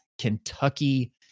Kentucky